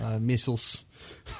Missiles